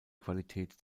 qualität